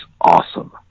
awesome